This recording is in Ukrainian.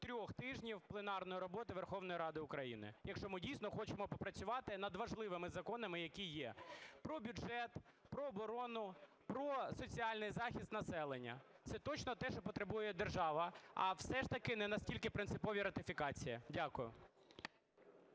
трьох тижнів пленарної роботи Верховної Ради України. Якщо ми дійсно хочемо попрацювати над важливими законами, які є: про бюджет, про оборону, про соціальний захист населення. Це точно те, що потребує держава. А все ж таки не настільки принципові ратифікації. Дякую.